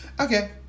okay